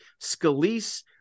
Scalise